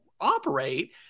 operate